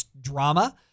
drama